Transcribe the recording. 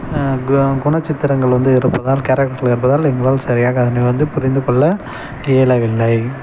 கு குணச்சித்திரங்கள் வந்து இருப்பதால் கேரெக்டர் என்பதால் எங்களால் சரியாக அதனை வந்து புரிந்து கொள்ள இயலவில்லை